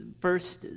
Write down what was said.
first